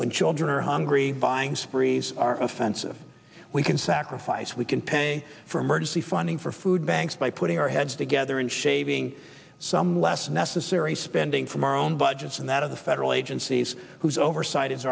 when children are hungry buying sprees are offensive we can sacrifice we can pay for emergency funding for food banks by putting our heads together and shaving some less necessary spending from our own budgets and that of the federal agencies whose oversight is